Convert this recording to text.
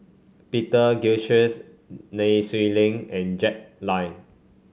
Peter Gilchrist Nai Swee Leng and Jack Lai